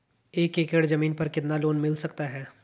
एक एकड़ जमीन पर कितना लोन मिल सकता है?